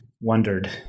wondered